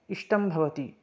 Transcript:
इष्टं भवति